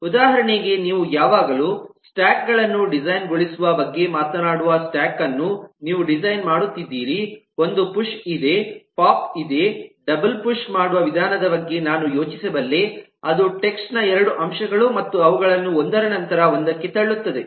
ಉದಾಹರಣೆಗೆ ನೀವು ಯಾವಾಗಲೂ ಸ್ಟ್ಯಾಕ್ ಗಳನ್ನು ಡಿಸೈನ್ ಗೊಳಿಸುವ ಬಗ್ಗೆ ಮಾತನಾಡುವ ಸ್ಟ್ಯಾಕ್ ಅನ್ನು ನೀವು ಡಿಸೈನ್ ಮಾಡುತ್ತಿದ್ದೀರಿ ಒಂದು ಪುಶ್ ಇದೆ ಪೋಪ್ ಇದೆ ಡಬಲ್ ಪುಶ್ ಮಾಡುವ ವಿಧಾನದ ಬಗ್ಗೆ ನಾನು ಯೋಚಿಸಬಲ್ಲೆ ಅದು ಟೆಕ್ಸ್ಟ್ ನ ಎರಡು ಅಂಶಗಳು ಮತ್ತು ಅವುಗಳನ್ನು ಒಂದರ ನಂತರ ಒಂದಕ್ಕೆ ತಳ್ಳುತ್ತದೆ